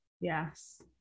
Yes